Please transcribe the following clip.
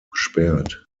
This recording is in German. gesperrt